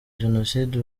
jenoside